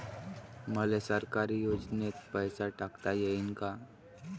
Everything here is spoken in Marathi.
मले सरकारी योजतेन पैसा टाकता येईन काय?